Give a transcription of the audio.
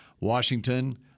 Washington